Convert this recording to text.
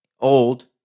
old